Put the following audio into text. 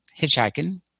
hitchhiking